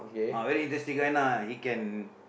ah very interesting guy lah he can